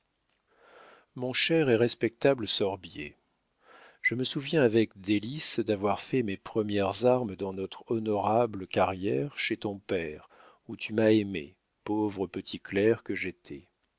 mon cher et respectable sorbier je me souviens avec délices d'avoir fait mes premières armes dans notre honorable carrière chez ton père où tu m'as aimé pauvre petit clerc que j'étais